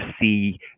see